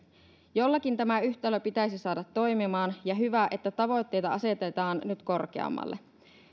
jollakin tämä yhtälö pitäisi saada toimimaan ja on hyvä että tavoitteita asetetaan nyt korkeammalle